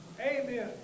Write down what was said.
Amen